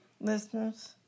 listeners